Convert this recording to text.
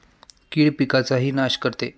कीड पिकाचाही नाश करते